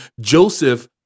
Joseph